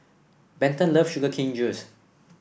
Benton love Sugar Cane Juice